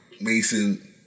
Mason